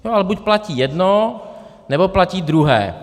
Ale buď platí jedno, nebo platí druhé.